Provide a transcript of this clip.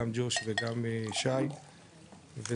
גם ג'וש וגם שי וזהו,